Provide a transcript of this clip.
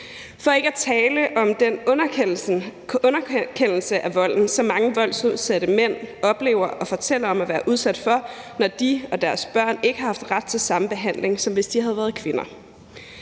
for ikke at tale om den underkendelse af volden, som mange voldsudsatte mænd oplever og fortæller om at være udsat for, når de og deres børn ikke har haft ret til den samme behandling, som hvis de havde været kvinder.